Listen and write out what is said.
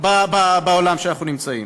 בעולם שבו אנחנו נמצאים?